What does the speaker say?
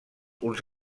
uns